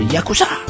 Yakuza